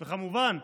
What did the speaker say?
כמובן,